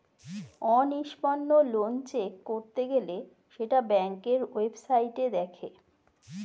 অনিষ্পন্ন loan check করতে গেলে সেটা ব্যাংকের ওয়েবসাইটে দেখে